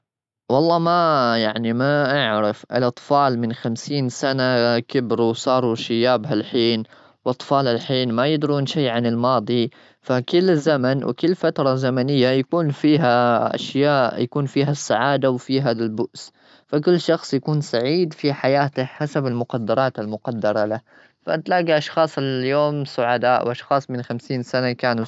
والله، ما يعني ما أعرف. الأطفال من خمسين سنة كبروا وصاروا شياب هالحين. وأطفال الحين ما يدرون شيء عن الماضي. فكل الزمن، وكل فترة زمنية، يكون فيها أشياء؛ يكون فيها السعادة وفيها البؤس. فكل شخص يكون سعيد في حياته حسب المقدرات المقدرة له. فأنت تلاقي أشخاص اليوم سعداء، وأشخاص من خمسين سنة كانوا.